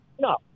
No